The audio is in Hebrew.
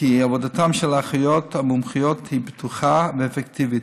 כי עבודתן של האחיות המומחיות היא בטוחה ואפקטיבית.